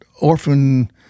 orphan